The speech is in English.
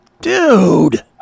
Dude